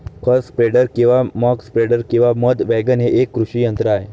खत स्प्रेडर किंवा मक स्प्रेडर किंवा मध वॅगन हे एक कृषी यंत्र आहे